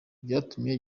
byatumye